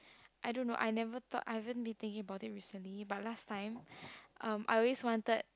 I don't know I never thought I haven't been thinking about it recently but last time um I always wanted